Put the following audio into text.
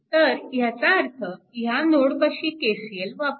तर ह्याचा अर्थ ह्या नोडपाशी KCL वापरा